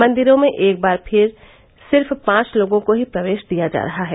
मंदिरों मे एक बार में सिर्फ पांच लोगों को ही प्रवेश दिया जा रहा है